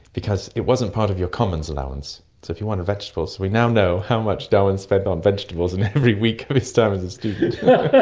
because it wasn't part of your commons allowance. so if you wanted vegetables. we now know how much darwin spent on vegetables in every week of his time as a student.